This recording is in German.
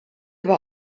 aber